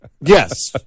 Yes